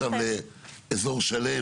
לא מכינים תוכנית עכשיו לאזור שלם.